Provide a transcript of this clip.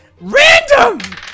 random